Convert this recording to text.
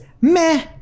meh